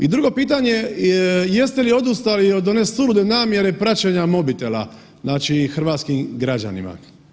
I drugo pitanje jeste li odustali od one sulude namjere praćenja mobitela znači hrvatskim građanima?